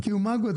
כי הוא מה גדול?